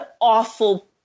awful